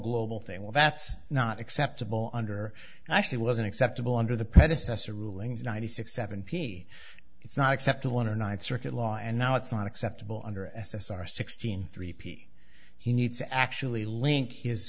global thing well that's not acceptable under actually wasn't acceptable under the predecessor ruling ninety six seven p it's not acceptable under ninth circuit law and now it's not acceptable under s s are sixteen three p he needs to actually link his